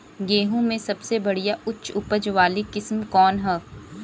गेहूं में सबसे बढ़िया उच्च उपज वाली किस्म कौन ह?